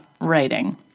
writing